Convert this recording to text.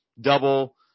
double